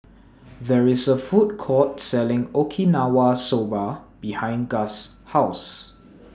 There IS A Food Court Selling Okinawa Soba behind Gus' House